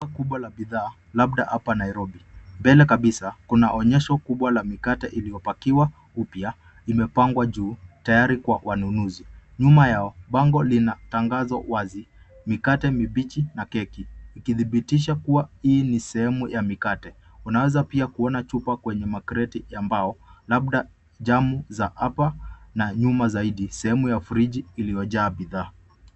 Duka kubwa la bidhaa labda hapa Nairobi. Mbele kabisa kuna onyesho kubwa la mikate iliyo pakiwa upya imepangwa juu tayari kwa wanunuzi. Nyuma yao bango lina tangazo wazi, mikate mibichi na keki ikidhibitisha kuwa hii ni sehemu ya mikate. Unaweza pia kuona chupa pia kwenye makreti ya mbao labda jam za hapa na nyuma zaidi. Sehemu ya friji iliyo jaa bidhaa.